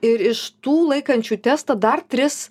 ir iš tų laikančių testą dar tris